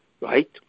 right